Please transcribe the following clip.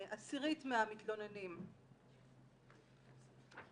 עשירית מהמתלוננים הם גברים ו-20% מהתיקים יש בהם תלונה הדדית.